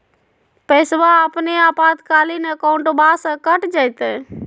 पैस्वा अपने आपातकालीन अकाउंटबा से कट जयते?